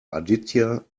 aditya